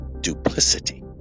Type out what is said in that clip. duplicity